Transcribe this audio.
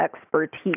expertise